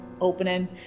opening